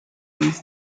nic